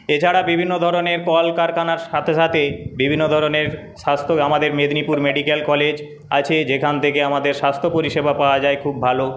এছাড়া বিভিন্ন ধরণের কলকারখানার সাথে সাথে বিভিন্ন ধরণের স্বাস্থ্য আমাদের মেদিনীপুর মেডিকেল কলেজ আছে যেখান থেকে আমাদের স্বাস্থ্য পরিষেবা পাওয়া যায় খুব ভালো